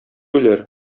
үләр